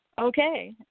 Okay